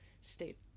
state